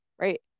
right